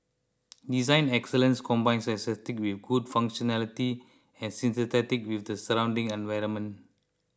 design excellence combines aesthetics with good functionality and synthesis with the surrounding environment